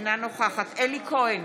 אינה נוכחת אלי כהן,